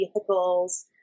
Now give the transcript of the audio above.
vehicles